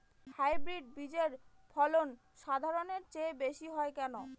Hybrid বীজের ফলন সাধারণের চেয়ে বেশী হয় কেনো?